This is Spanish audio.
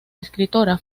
escritora